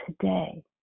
today